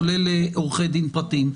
כולל עורכי דין פרטיים.